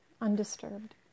undisturbed